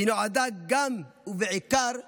היא נועדה גם ובעיקר לחנך,